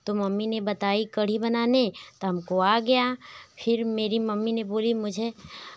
तो मम्मी ने बताई कढ़ी बनाने तो हमको आ गया फिर मेरी मम्मी ने बोली मुझे